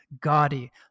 gaudy